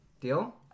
Deal